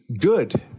good